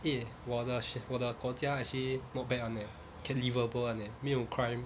eh 我的我的国家 actually not bad [one] eh can livable [one] eh 没有 crime